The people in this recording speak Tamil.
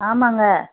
ஆமாங்க